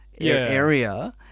area